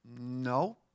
No